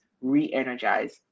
re-energize